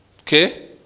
Okay